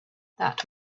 that